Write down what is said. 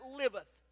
liveth